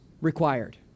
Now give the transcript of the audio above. required